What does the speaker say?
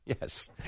Yes